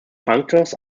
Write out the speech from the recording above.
functors